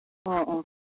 ꯑꯣ ꯑꯣ